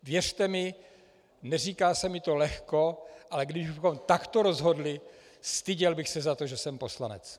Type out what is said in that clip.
Věřte mi, neříká se mi to lehko, ale když už bychom takto rozhodli, styděl bych se za to, že jsem poslanec!